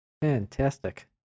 Fantastic